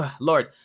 Lord